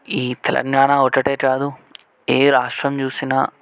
ఈ తెలంగాణ ఒకటే కాదు ఏ రాష్ట్రం చూసినా